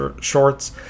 shorts